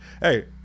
Hey